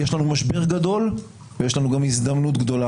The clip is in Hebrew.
משבר גדול ויש לנו גם הזדמנות גדולה.